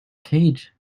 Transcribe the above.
cage